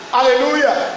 Hallelujah